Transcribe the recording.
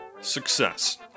success